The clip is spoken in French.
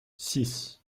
six